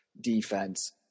defense